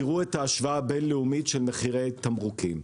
תראו את השוואה הבין-לאומית של מחירי תמרוקים.